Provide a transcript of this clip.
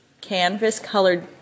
canvas-colored